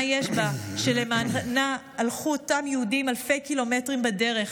מה יש בה שלמענה הלכו אותם יהודים אלפי קילומטרים בדרך?